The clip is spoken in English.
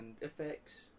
effects